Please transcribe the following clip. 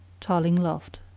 tarling laughed.